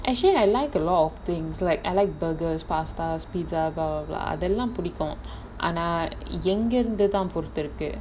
actually I like a lot of things like I like burgers pastas pizza அதுல புடிக்கும் ஆனா எங்க இருந்து தான் பொறுத்திருக்கு:athula pudikum aanaa enga irunthu thaan poruthiruku